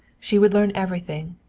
she would learn everything.